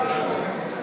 חוק